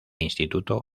instituto